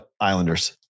Islanders